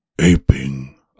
aping